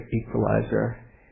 equalizer